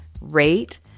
rate